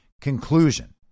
Conclusion